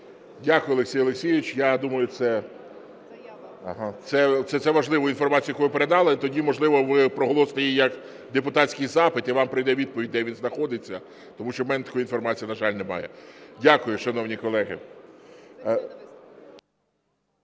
Дякую, Олексій Олексійович. Я, думаю, це важлива інформація, яку ви передали. Тоді, можливо, ви проголосите її як депутатський запит і вам прийде відповідь, де він знаходиться. Тому що в мене такої інформації, на жаль, немає. Дякую, шановні колеги.